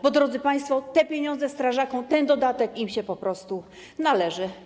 Bo, drodzy państwo, te pieniądze strażakom, ten dodatek im się po prostu należy.